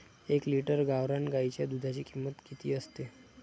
एक लिटर गावरान गाईच्या दुधाची किंमत किती असते?